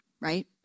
right